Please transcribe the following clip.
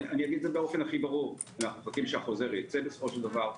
אנחנו חוזים שהחוזה ייצא בסופו של דבר.